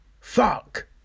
fuck